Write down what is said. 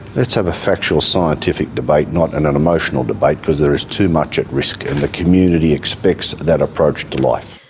let's have a factual scientific debate not an an emotional debate because there is too much at risk and the community expects that approach to life.